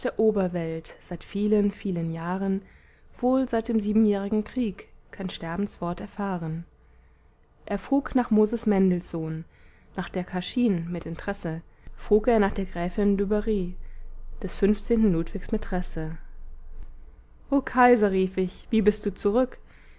oberwelt seit vielen vielen jahren wohl seit dem siebenjährigen krieg kein sterbenswort erfahren er frug nach moses mendelssohn nach der karschin mit intresse frug er nach der gräfin dubarry des fünfzehnten ludwigs mätresse o kaiser rief ich wie bist du zurück